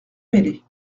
meslay